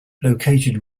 located